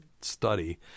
study